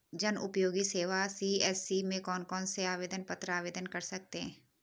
जनउपयोगी सेवा सी.एस.सी में कौन कौनसे आवेदन पत्र आवेदन कर सकते हैं?